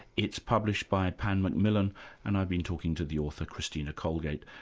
it's published by pan macmillan and i've been talking to the author, christina colegate.